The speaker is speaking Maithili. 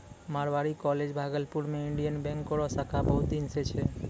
मारवाड़ी कॉलेज भागलपुर मे इंडियन बैंक रो शाखा बहुत दिन से छै